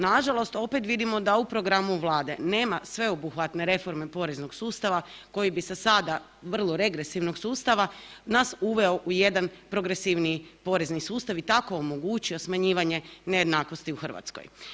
Nažalost opet vidimo da u programu Vlade nema sveobuhvatne reforme poreznog sustava, koji bi se, sada vrlo regresivnog sustava, nas uveo u jedan progresivniji porezni sustav i tako omogućio smanjivanje nejednakosti u Hrvatskoj.